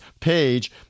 page